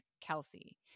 Kelsey